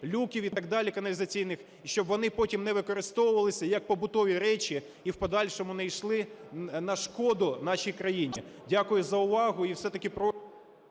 люків і так далі, каналізаційних, і щоб вони потів не використовувалися як побутові речі і в подальшому не йшли на шкоду нашій країні. Дякую за увагу.